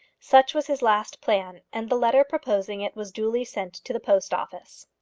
such was his last plan, and the letter proposing it was duly sent to the post office.